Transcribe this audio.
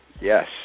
Yes